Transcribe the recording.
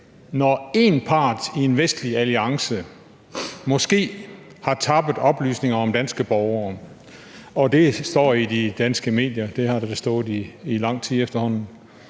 når en part i den vestlige alliance måske har tappet oplysninger om danske borgere og det står i de danske medier – der har det stået i lang tid efterhånden